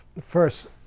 first